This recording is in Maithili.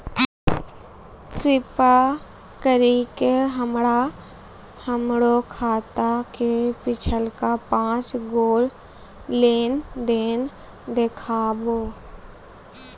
कृपा करि के हमरा हमरो खाता के पिछलका पांच गो लेन देन देखाबो